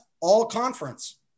all-conference